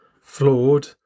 flawed